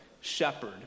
Shepherd